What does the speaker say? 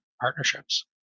partnerships